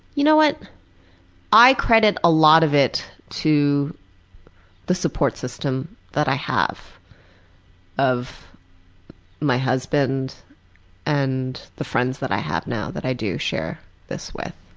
you know i i credit a lot of it to the support system that i have of my husband and the friends that i have now that i do share this with.